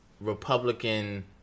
Republican